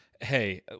hey